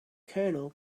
kernel